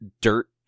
dirt